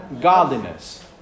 Godliness